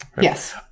Yes